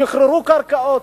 שחררו קרקעות,